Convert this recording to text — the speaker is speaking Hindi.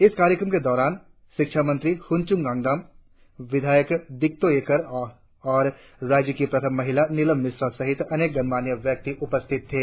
इस कार्यक्रम के दौरान शिक्षामंत्री हुनचुंग ङानदाम विधायक दिकतो येकार राज्य की प्रथम महिला निलम मिश्रा सहित अनेक गणमान्य व्यक्ति उपस्थित थे